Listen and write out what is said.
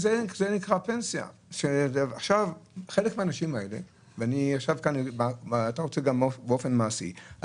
חלק מהאנשים האלה מקדימים את צאתם לפנסיה כי